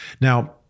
Now